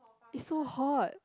it's so hot